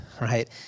right